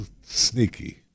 sneaky